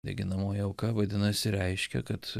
deginamoji auka vadinasi reiškia kad